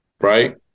Right